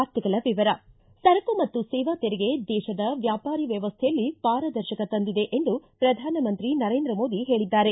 ವಾರ್ತೆಗಳ ವಿವರ ಸರಕು ಮತ್ತು ಸೇವಾ ತೆರಿಗೆ ದೇಶದ ವ್ಯಾಪಾರಿ ವ್ಯವಸ್ಥೆಯಲ್ಲಿ ಪಾರದರ್ಶಕ ತಂದಿದೆ ಎಂದು ಪ್ರಧಾನಮಂತ್ರಿ ನರೇಂದ್ರ ಮೋದಿ ಹೇಳಿದ್ದಾರೆ